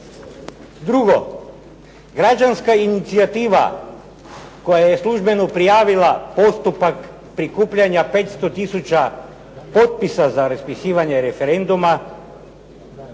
Drugo, građanska inicijativa koja je službeno prijavila postupak prikupljanja 500 tisuća potpisa za raspisivanje referenduma